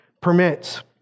permits